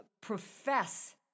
profess